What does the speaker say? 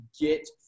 get